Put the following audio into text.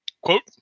Quote